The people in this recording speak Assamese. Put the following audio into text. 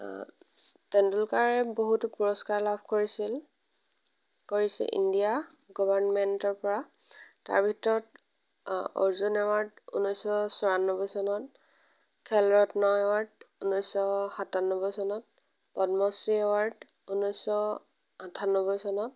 টেণ্ডুলকাৰে বহুতো পুৰস্কাৰ লাভ কৰিছিল ইণ্ডিয়া গৰ্ভাণমেন্টৰ পৰা তাৰ ভিতৰত অৰ্জুন এৱাৰ্ড ঊনৈছশ চৌৰানব্বৈ চনত খেলৰত্ন এৱাৰ্ড ঊনৈছশ সাতানব্বৈ চনত পদ্মশ্ৰী এৱাৰ্ড ঊনৈছশ আঠান্নব্বৈ চনত